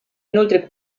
inoltre